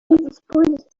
dispose